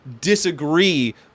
disagree